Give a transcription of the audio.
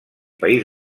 país